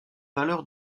valeur